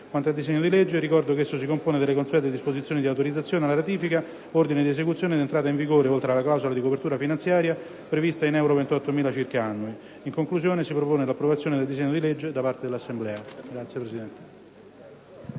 Quanto al disegno di legge, ricordo che esso si compone delle consuete disposizioni di autorizzazione alla ratifica, ordine di esecuzione ed entrata in vigore, oltre alla clausola di copertura finanziaria, prevista in circa 28.000 euro annui. In conclusione, si propone l'approvazione del disegno di legge da parte dell'Assemblea.